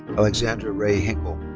alexandra rae hinkle.